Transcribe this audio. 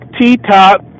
T-top